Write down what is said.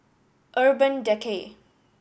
Urban Decay